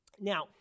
Now